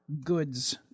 goods